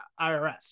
irs